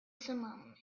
simum